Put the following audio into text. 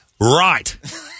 Right